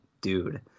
dude